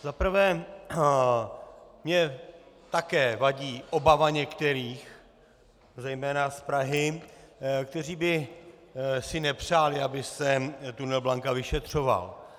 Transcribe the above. Za prvé mi také vadí obava některých zejména z Prahy, kteří by si nepřáli, aby se tunel Blanka vyšetřoval.